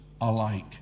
alike